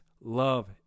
love